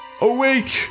Awake